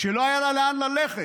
לא היה לה לאן ללכת,